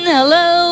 Hello